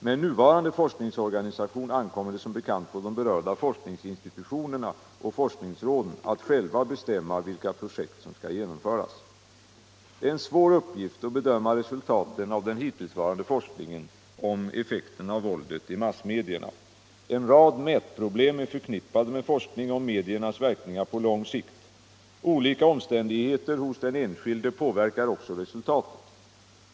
Med nuvarande forskningsorganisationer ankommer det som bekant på berörda forskningsinstitutioner och forskningsråd att själva bestämma vilka projekt som skall genomföras. Det är en svår uppgift att bedöma resultaten av den hittillsvarande forskningen om effekten av våldet i massmedierna. En rad mätproblem är förknippade med forskning om mediernas verkningar på lång sikt. Olika omständigheter hos den enskilde påverkar också resultatet.